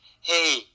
hey